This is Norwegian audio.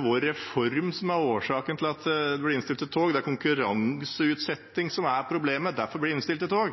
vår reform som er årsaken til at det blir innstilte tog, at det er konkurranseutsetting som er problemet, og at det derfor blir innstilte tog.